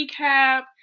recap